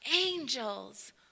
Angels